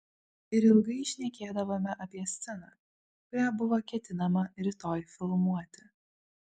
ir ilgai šnekėdavome apie sceną kurią buvo ketinama rytoj filmuoti